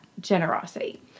generosity